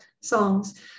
songs